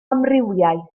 amrywiaeth